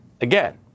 again